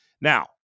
Now